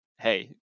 hey